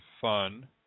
fun